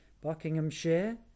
Buckinghamshire